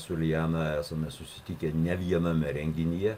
su liana esame susitikę ne viename renginyje